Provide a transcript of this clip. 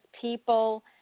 people